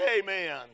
Amen